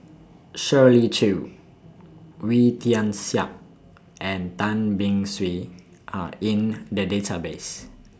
Shirley Chew Wee Tian Siak and Tan Beng Swee Are in The Database